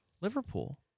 Liverpool